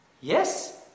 Yes